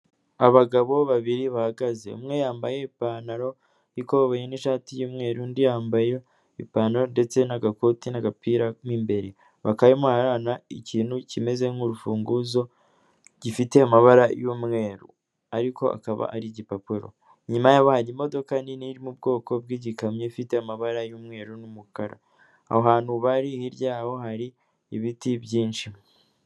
Abagabo babiri bahagaze, umwe yambaye ipantaro y'ikoboyi n'ishati y'umweru, undi yambaye ipantaro ndetse n'agakoti n'agapira mo imbere; bakaba barimo barahana ikintu kimeze nk'urufunguzo gifite amabara y'umweru, ariko akaba ari igipapuro. Inyuma yabo hari imodoka nini iri mu bwoko bw'igikamyo, ifite amabara y'umweru n'umukara, ahantu bari hirya aho hari ibiti byinshi.